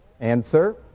Answer